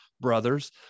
brothers